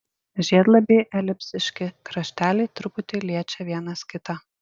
žiedlapiai elipsiški krašteliai truputį liečia vienas kitą